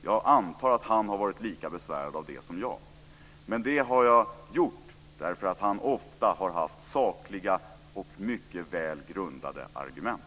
Jag antar att han har varit lika besvärad av det som jag. Men det har jag gjort därför att han ofta har haft sakliga och mycket väl grundade argument.